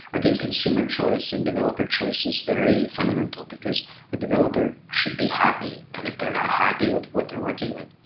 i think consumer choice and developer choice is very fundamental because a developer should be happy, and if they're not happy with what they're working with,